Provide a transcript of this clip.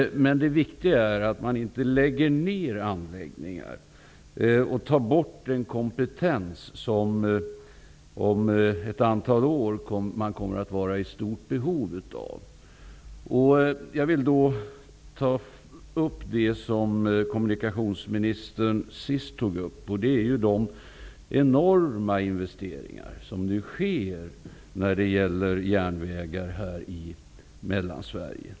Det viktiga är att man inte lägger ner anläggningar och blir av med den kompetens som man om ett antal år kommer att vara i stort behov av. Jag vill ta upp det som kommunikationsministern nämnde sist i svaret, och det är de enorma investeringar som nu görs när det gäller järnvägar i Mellansverige.